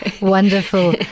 Wonderful